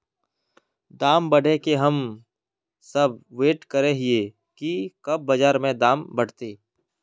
दाम बढ़े के हम सब वैट करे हिये की कब बाजार में दाम बढ़ते?